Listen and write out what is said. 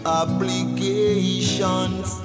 obligations